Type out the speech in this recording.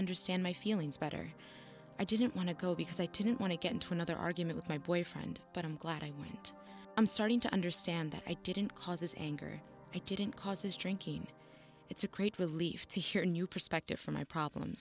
understand my feelings better i didn't want to go because i didn't want to get into another argument with my boyfriend but i'm glad i went i'm starting to understand that i didn't cause his anger i didn't cause his drinking it's a great relief to hear a new perspective from my problem